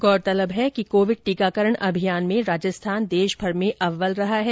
गौरतलब है कि कोविड टीकाकरण अभियान में राजस्थान देशभर में अव्वल रहा है